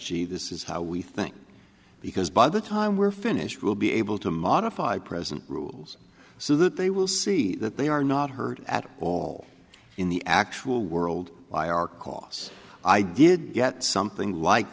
g this is how we think because by the time we're finished we'll be able to modify present rules so that they will see that they are not heard at all in the actual world by our costs i did get something like